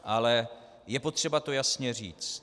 Ale je potřeba to jasně říct.